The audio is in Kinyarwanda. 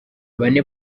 bane